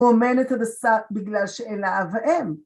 הוא אומן את הדסה בגלל שאין לה אב ואם.